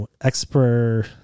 expert